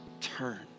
turn